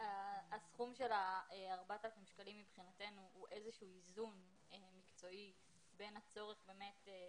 ה-4,000 שקלים הוא איזשהו איזון מקצועי מבחינתנו,